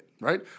right